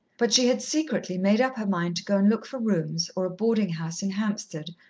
but she had secretly made up her mind to go and look for rooms or a boarding-house in hampstead,